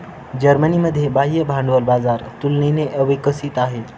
जर्मनीमध्ये बाह्य भांडवल बाजार तुलनेने अविकसित आहे